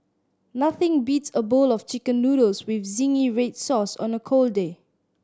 nothing beats a bowl of Chicken Noodles with zingy red sauce on a cold day